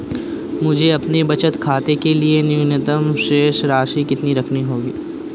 मुझे अपने बचत खाते के लिए न्यूनतम शेष राशि कितनी रखनी होगी?